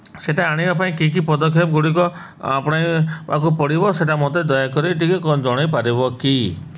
ସେଇଟା ଆଣିବା ପାଇଁ କି କି ପଦକ୍ଷେପ ଗୁଡ଼ିକ ଆପଣାଇବାକୁ ପଡ଼ିବ ସେଇଟା ମୋତେ ଦୟାକରି ଟିକେ କଣ ଜଣେଇ ପାରିବ କି